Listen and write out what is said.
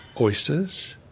oysters